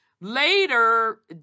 Later